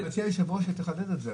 אני מציע, היושב-ראש, שתחדד את זה.